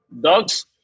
dogs